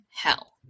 hell